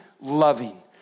loving